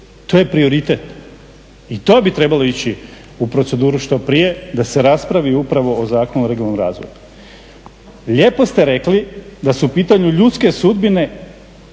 To je prioritet i to bi trebalo ići u proceduru što prije da se raspravi upravo o Zakonu o regionalnom razvoju. Lijepo ste rekli da su u pitanju ljudske sudbine,